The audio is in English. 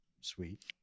sweet